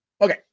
Okay